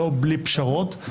לא בלי פשרות.